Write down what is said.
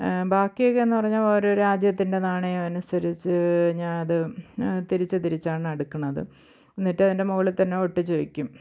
ബാക്കിയൊക്കെ എന്ന് പറഞ്ഞാൽ ഓരോ രാജ്യത്തിന്റെ നാണയമനുസരിച്ച് ഞാൻ അത് തിരിച്ച് തിരിച്ചാണ് എടുക്കുന്നത് എന്നിട്ട് അതിന്റെ മോളിത്തന്നെ ഒട്ടിച്ച് വയ്ക്കും